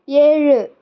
ஏழு